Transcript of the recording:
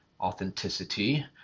authenticity